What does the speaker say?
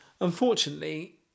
unfortunately